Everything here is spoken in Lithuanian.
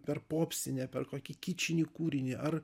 per popsinę per kokį kičinį kūrinį ar